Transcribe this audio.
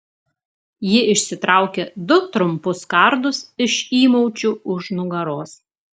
ji išsitraukė du trumpus kardus iš įmaučių už nugaros